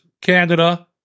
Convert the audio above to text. Canada